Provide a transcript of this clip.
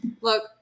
Look